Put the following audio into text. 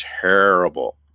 terrible